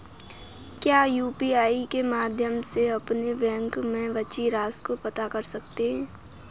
क्या यू.पी.आई के माध्यम से अपने बैंक में बची राशि को पता कर सकते हैं?